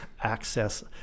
access